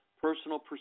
personal